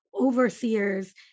overseers